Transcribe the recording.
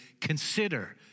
consider